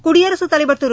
குடியரசுத் தலைவர் திரு